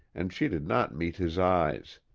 and she did not meet his eyes.